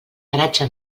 garatge